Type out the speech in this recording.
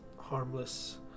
harmless